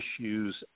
issues